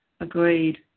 Agreed